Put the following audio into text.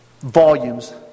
volumes